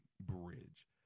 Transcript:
Bridge